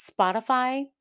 Spotify